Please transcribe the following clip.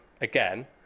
again